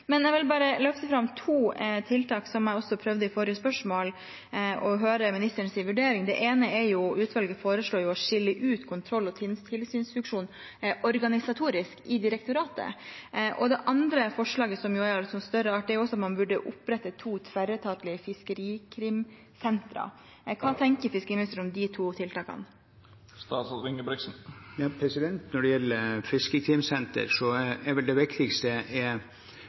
Jeg vil bare løfte fram to tiltak, som jeg også prøvde på i forrige spørsmål, og høre ministerens vurdering av det. Det ene er at utvalget foreslår å skille ut kontroll- og tilsynsfunksjonen organisatorisk i direktoratet. Det andre forslaget, som er av litt større art, er at man bør opprette to tverretatlige fiskerikrimsenter. Hva tenker fiskeriministeren om de to tiltakene? Når det gjelder fiskerikrimsenter, foregår det en prosess og en diskusjon med politiet, som hadde en viss skepsis til type fiskerikrimsenter. Men det viktigste er